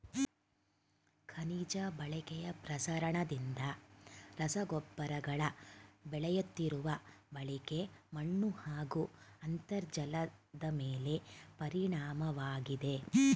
ಖನಿಜ ಬಳಕೆಯ ಪ್ರಸರಣದಿಂದ ರಸಗೊಬ್ಬರಗಳ ಬೆಳೆಯುತ್ತಿರುವ ಬಳಕೆ ಮಣ್ಣುಹಾಗೂ ಅಂತರ್ಜಲದಮೇಲೆ ಪರಿಣಾಮವಾಗಿದೆ